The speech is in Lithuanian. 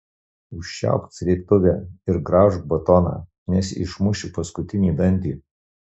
užčiaupk srėbtuvę ir graužk batoną nes išmušiu paskutinį dantį